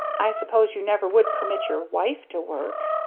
i suppose you never would permit your wife to work?